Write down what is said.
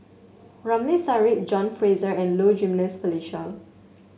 Ramli Sarip John Fraser and Low Jimenez Felicia